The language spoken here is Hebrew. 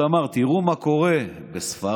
אמר: תראו מה קורה בספרד,